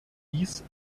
dies